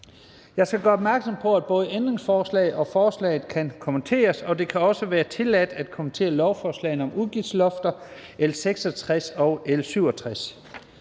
Jeg skal gøre opmærksom på, at både ændringsforslag og forslaget kan kommenteres, og det kan også være tilladt at kommentere lovforslagene om udgiftslofter, L 66 og L 67.